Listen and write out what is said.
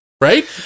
Right